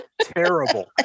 terrible